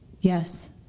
yes